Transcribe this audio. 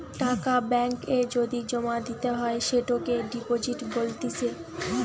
টাকা ব্যাঙ্ক এ যদি জমা দিতে হয় সেটোকে ডিপোজিট বলতিছে